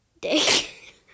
dick